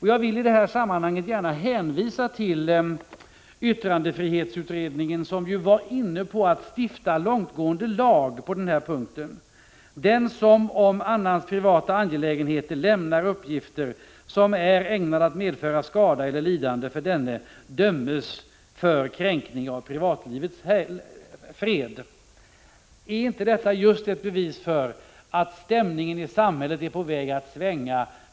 Jag vill i detta sammanhang gärna hänvisa till yttrandefrihetsutredningen, där man var inne på att stifta en långtgående lag i detta avseende. Man säger följande: Den som om annans privata angelägenheter lämnar uppgifter som är ägnade att medföra skada eller lidande för denne, dömes för kränkning av privatlivets fred. Är inte detta just ett bevis för att stämningen i samhället är på väg att förändras?